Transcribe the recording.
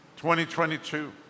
2022